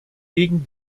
gegen